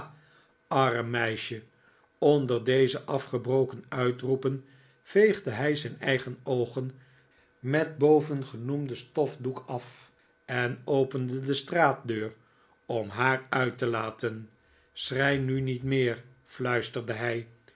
arm meisje onder deze afgebroken uitroepen veegde hij zijn eigen oogen met bovengenoemden stofdoek af en opende de straatdeur om haar uit te laten schrei mi niet meer fluisterde hij